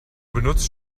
benutzt